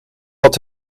wat